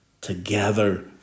together